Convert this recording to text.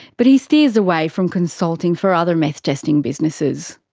but he steers away from consulting for other meth testing businesses.